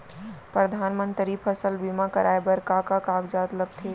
परधानमंतरी फसल बीमा कराये बर का का कागजात लगथे?